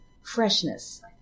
freshness